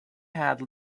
had